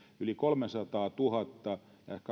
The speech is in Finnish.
yli kolmesataatuhatta